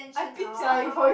I've for you